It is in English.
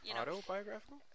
Autobiographical